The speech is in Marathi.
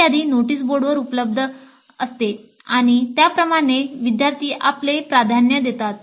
ही यादी नोटीस बोर्डावर उपलब्ध असते आणि त्यापासून विद्यार्थी आपली प्राधान्ये देतात